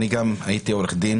אני גם הייתי עורך דין